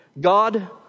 God